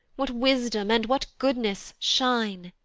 what wisdom, and what goodness shine!